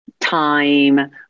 time